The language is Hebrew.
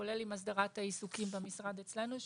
כולל עם הסדרת העיסוקים במשרד אצלנו,